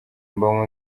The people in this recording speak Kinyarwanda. mba